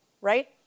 right